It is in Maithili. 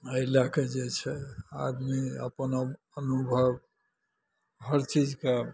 एहि लैके जे छै आदमी अपन आब अनुभव हर चीजके